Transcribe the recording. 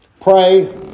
Pray